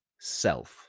self